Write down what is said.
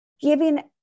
giving